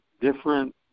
different